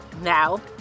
Now